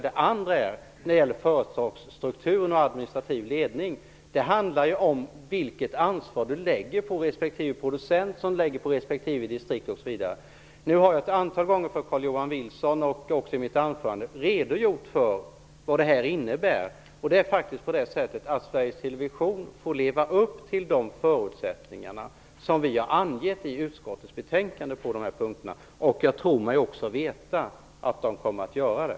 Det andra gäller företagsstrukturen och administrativ ledning. Det handlar om vilket ansvar man lägger på respektive producent, respektive distrikt, osv. Nu har jag ett antal gånger för Carl-Johan Wilson och även i mitt huvudanförande redogjort för vad det innebär. Sveriges television får leva upp till de förutsättningar som vi har angett i utskottsbetänkandet på de punkterna. Jag tror mig också veta att det kommer att göra det.